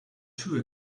too